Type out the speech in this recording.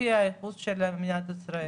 לפי הייחוס של מדינת ישראל.